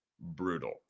Brutal